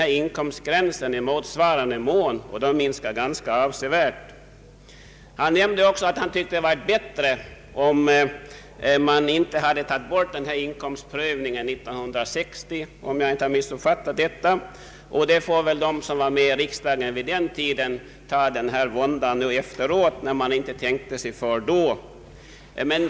Herr Strand nämnde vidare att han tyckte att det hade varit bättre, om man inte tagit bort inkomstprövningen 1960. De som var med i riksdagen vid den tiden får väl ta den våndan nu efteråt.